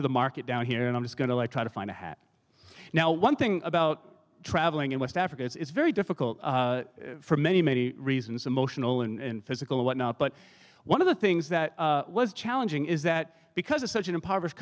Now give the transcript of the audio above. to the market down here and i'm just going to try to find a hat now one thing about traveling in west africa it's very difficult for many many reasons emotional and physical or whatnot but one of the things that was challenging is that because it's such an impoverished